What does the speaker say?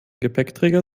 gepäckträger